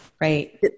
right